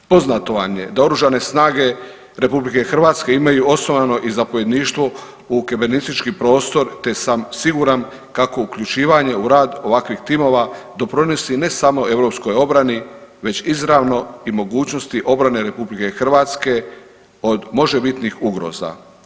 Poznato vam je da oružane snage RH imaju osnovano i zapovjedništvo u kibernetički prostor, te sam siguran kako uključivanje u rad ovakvih timova doprinosi ne samo europskoj obrani već izravno i mogućnosti obrane RH od možebitnih ugroza.